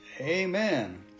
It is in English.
Amen